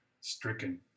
stricken